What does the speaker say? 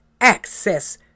access